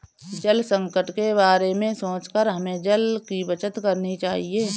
जल संकट के बारे में सोचकर हमें जल की बचत करनी चाहिए